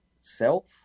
self